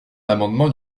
l’amendement